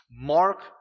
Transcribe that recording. Mark